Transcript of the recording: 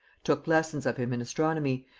took lessons of him in astronomy,